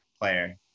player